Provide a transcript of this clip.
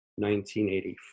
1984